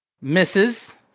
misses